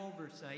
oversight